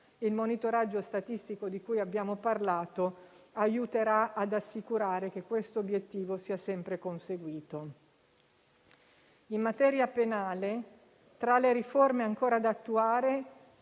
Il monitoraggio statistico di cui abbiamo parlato aiuterà ad assicurare che questo obiettivo sia sempre conseguito. In materia penale, tra le riforme ancora da attuare